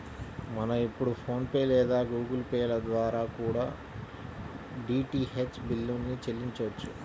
మనం ఇప్పుడు ఫోన్ పే లేదా గుగుల్ పే ల ద్వారా కూడా డీటీహెచ్ బిల్లుల్ని చెల్లించొచ్చు